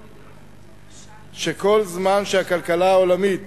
שכל זמן שהכלכלה העולמית